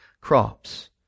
crops